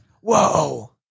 Whoa